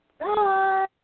Bye